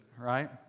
right